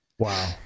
Wow